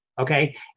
okay